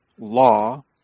Law